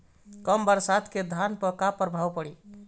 कम बरसात के धान पर का प्रभाव पड़ी?